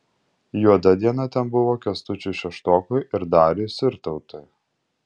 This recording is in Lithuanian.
juoda diena ten buvo kęstučiui šeštokui ir dariui sirtautui